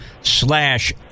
slash